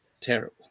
terrible